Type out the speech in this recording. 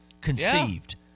conceived